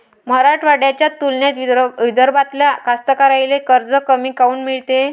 मराठवाड्याच्या तुलनेत विदर्भातल्या कास्तकाराइले कर्ज कमी काऊन मिळते?